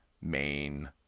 main